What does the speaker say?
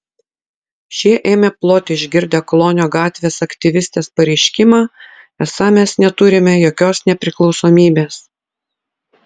šie ėmė ploti išgirdę klonio gatvės aktyvistės pareiškimą esą mes neturime jokios nepriklausomybės